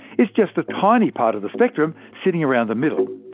it's just a tiny part of the spectrum, sitting around the middle.